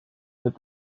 that